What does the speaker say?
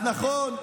אז נכון,